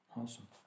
Awesome